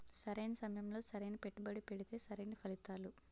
సరైన సమయంలో సరైన పెట్టుబడి పెడితే సరైన ఫలితాలు